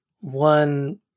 one